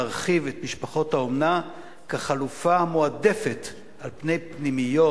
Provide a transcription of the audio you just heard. להרחיב את מעגל משפחות האומנה כחלופה המועדפת על פנימיות,